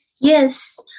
Yes